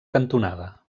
cantonada